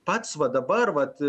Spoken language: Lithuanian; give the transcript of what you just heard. pats va dabar vat